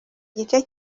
igice